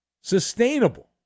sustainable